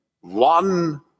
one